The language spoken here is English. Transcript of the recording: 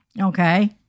Okay